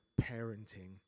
parenting